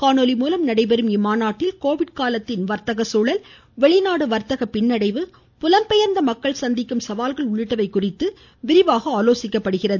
காணொலி மூலம் நடைபெறும் இம்மாநாட்டில் கோவிட் காலத்தின் வர்த்தக சூழல் வெளிநாடு வர்த்தக பின்னடைவு புலம் பெயர்ந்த மக்கள் சந்திக்கும் உள்ளிட்டவை குறித்து இதில் விரிவாக ஆலோசிக்கப்படுகிறது